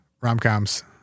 Rom-coms